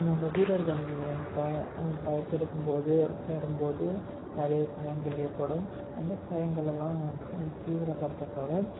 நம்ம வீரர்கள் பயிற்சி எடுக்கும்போது விளையாடும்போது நிறைய காயங்கள் ஏற்படும் அந்த காயங்கள் எல்லாம் தீவிரப்படுத்தற்துக்காக